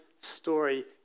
story